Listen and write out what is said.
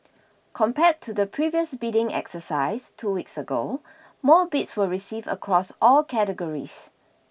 compared to the previous bidding exercise two weeks ago more bids were received across all categories